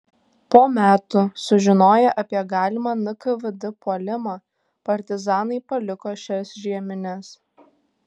po metų sužinoję apie galimą nkvd puolimą partizanai paliko šias žiemines